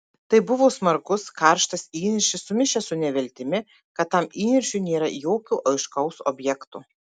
tai buvo smarkus karštas įniršis sumišęs su neviltimi kad tam įniršiui nėra jokio aiškaus objekto